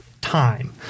time